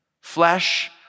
Flesh